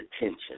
attention